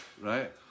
right